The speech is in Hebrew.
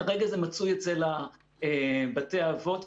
כרגע זה מצוי אצל בתי האבות.